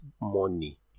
money